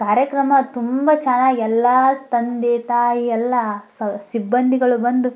ಕಾರ್ಯಕ್ರಮ ತುಂಬ ಚೆನ್ನಾಗಿ ಎಲ್ಲ ತಂದೆ ತಾಯಿ ಎಲ್ಲ ಸ ಸಿಬ್ಬಂದಿಗಳು ಬಂದು